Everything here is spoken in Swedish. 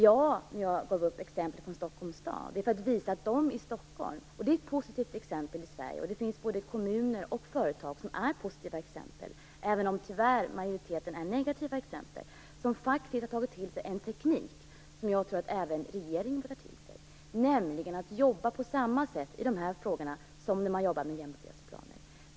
Jag tog upp ett exempel från Stockholms stad. Det är ett positivt exempel i Sverige - det finns också andra positiva exempel, både kommuner och företag, även om tyvärr majoriteten är negativa - där man faktiskt har tagit till sig en teknik som jag tycker att även regeringen borde ta till sig, nämligen att jobba på samma sätt i de här frågorna som när man jobbar med jämställdhetsplaner.